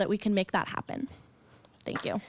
that we can make that happen thank you